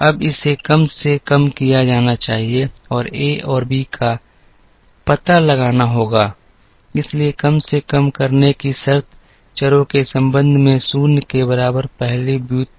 अब इसे कम से कम किया जाना चाहिए और ए और बी का पता लगाना होगा इसलिए कम से कम करने की शर्त चरों के संबंध में 0 के बराबर पहली व्युत्पन्न है